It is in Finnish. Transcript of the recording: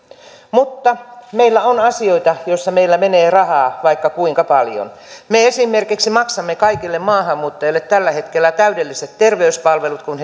mutta meillä on asioita joissa meillä menee rahaa vaikka kuinka paljon me esimerkiksi maksamme kaikille maahanmuuttajille tällä hetkellä täydelliset terveyspalvelut kun